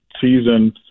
season